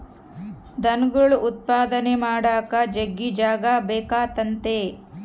ದನಗುಳ್ ಉತ್ಪಾದನೆ ಮಾಡಾಕ ಜಗ್ಗಿ ಜಾಗ ಬೇಕಾತತೆ